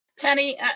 Penny